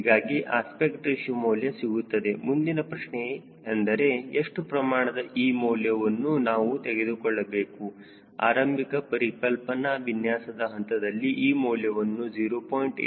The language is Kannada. ಹೀಗಾಗಿ ಅಸ್ಪೆಕ್ಟ್ ರೇಶಿಯೋ ಮೌಲ್ಯ ಸಿಗುತ್ತದೆ ಮುಂದಿನ ಪ್ರಶ್ನೆ ಎಂದರೆ ಎಷ್ಟು ಪ್ರಮಾಣದ e ಮೌಲ್ಯವನ್ನು ನಾನು ತೆಗೆದುಕೊಳ್ಳಬೇಕು ಆರಂಭಿಕ ಪರಿಕಲ್ಪನಾ ವಿನ್ಯಾಸದ ಹಂತದಲ್ಲಿ e ಮೌಲ್ಯವನ್ನು 0